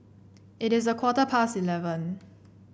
it is a quarter past eleven